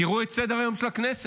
תראו את סדר-היום של הכנסת.